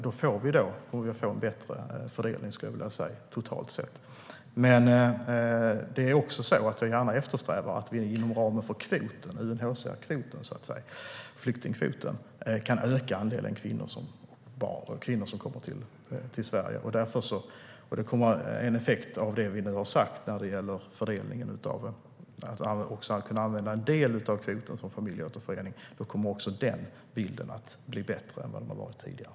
Då kommer vi att få en bättre fördelning totalt sett. Vi eftersträvar ofta att vi inom ramen för UNHCR:s flyktingkvot kan öka andelen kvinnor som kommer till Sverige. En effekt av det vi nu har sagt när det gäller att kunna använda en del av kvoten till familjeåterförening blir att fördelningen kommer att bli bättre än vad den har varit tidigare.